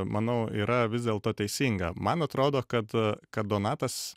manau yra vis dėlto teisinga man atrodo kad kad donatas